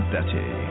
Betty